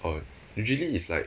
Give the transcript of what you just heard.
oh usually is like